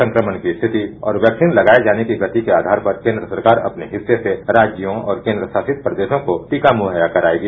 संक्रमण की स्थिति और वैक्सीन लगाये जाने की गति के आधार पर केन्द्र सरकार अपने हिस्से से राज्यों और केन्द्र शासित प्रदेशों को टीका मुहैया करायेगी